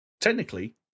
Technically